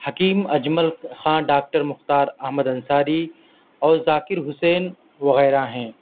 حکیم اجمل خان ڈاکٹر مختار احمد انصاری اور ذاکر حسین وغیرہ ہیں